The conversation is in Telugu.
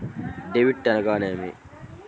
డెబిట్ అనగానేమి?